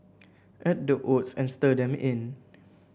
add the oats and stir them in